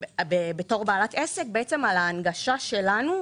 בתור בעלת עסק, בעצם על ההנגשה שלנו.